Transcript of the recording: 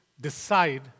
decide